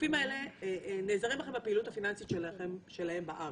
הגופים האלה נעזרים בכם בפעילות הפיננסית שלהם בארץ.